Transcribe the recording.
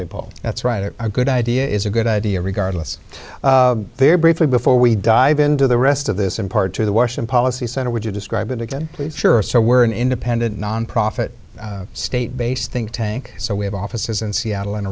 paul that's right a good idea is a good idea regardless there briefly before we dive into the rest of this in part to the washing policy center would you describe it again please sure so we're an independent nonprofit state based think tank so we have offices in seattle and